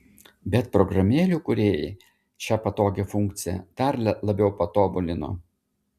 bet programėlių kūrėjai šią patogią funkciją dar labiau patobulino